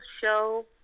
show